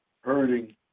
hurting